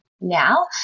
now